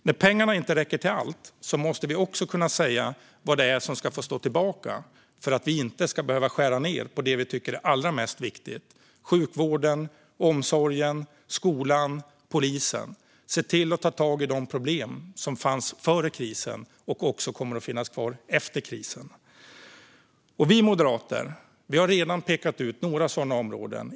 När pengarna inte räcker till allt måste vi kunna säga vad det är som ska få stå tillbaka för att vi inte ska behöva skära ned på det vi tycker är allra viktigast: sjukvården, omsorgen, skolan och polisen. Vi måste se till att ta tag i de problem som fanns före krisen och också kommer att finnas kvar efter krisen. Vi moderater har redan pekat ut några sådana områden.